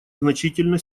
значительно